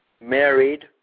married